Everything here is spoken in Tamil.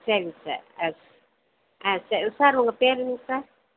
சேரிங்க சார் அ ஆ சே சார் உங்கள் பேர் என்னங்க சார்